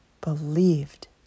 believed